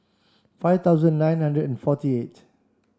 five thousand nine hundred and forty eight